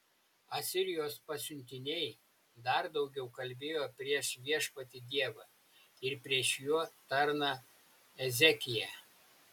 asirijos pasiuntiniai dar daugiau kalbėjo prieš viešpatį dievą ir prieš jo tarną ezekiją